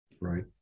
Right